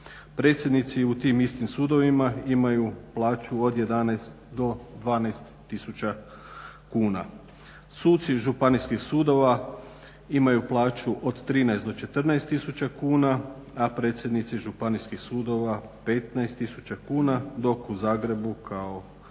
predsjednici u tim istim sudovima imaju plaću od 11 do 12 tisuća kuna, suci županijskih sudova imaju plaću od 13 do 14 tisuća kuna, a predsjednici županijskih sudova 15 tisuća kuna dok u Zagrebu kao veći